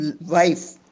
wife